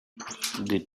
the